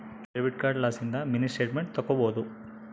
debit card ಲಿಸಿಂದ mini statement ತಕ್ಕೊಬೊದು